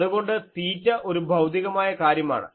അതുകൊണ്ട് തീറ്റ ഒരു ഭൌതികമായ കാര്യമാണ്